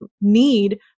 need